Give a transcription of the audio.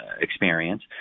experience